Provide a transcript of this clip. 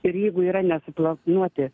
ir jeigu yra nesuplanuoti